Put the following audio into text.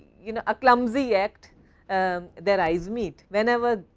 you know a clumsy act their eyes meet. whenever,